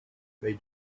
they